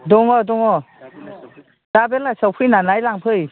दङ दङ दा बेलासियाव फैनानै लांफै